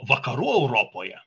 vakarų europoje